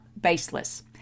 baseless